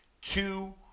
two